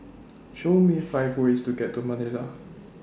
Show Me five ways to get to Manila